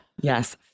Yes